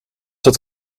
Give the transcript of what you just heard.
het